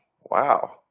Wow